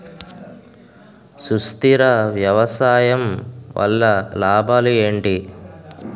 సుస్థిర వ్యవసాయం వల్ల లాభాలు ఏంటి?